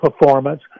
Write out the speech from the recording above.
performance